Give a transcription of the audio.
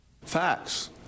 Facts